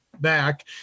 back